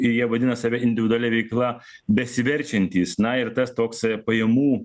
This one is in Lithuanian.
ir jie vadina save individualia veikla besiverčiantys na ir tas toks pajamų